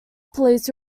police